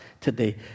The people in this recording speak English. today